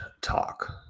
talk